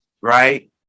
right